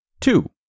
Two